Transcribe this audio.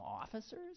officers